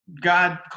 God